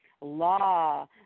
law